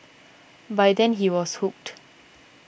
by then he was hooked